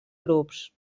grups